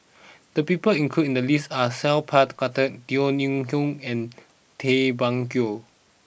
the people included in the list are Sat Pal Khattar Teo Ho Pin and Tay Bak Koi